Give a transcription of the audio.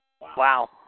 Wow